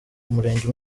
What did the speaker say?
umurenge